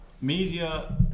Media